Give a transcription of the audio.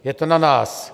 Je to na nás.